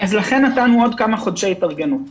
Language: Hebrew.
אז נתנו עוד כמה חודשי התארגנות